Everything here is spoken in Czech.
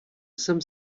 jsem